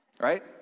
Right